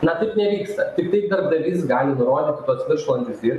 na taip nevyksta tiktai darbdavys gali nurodyti tuos viršvalandžius dirbti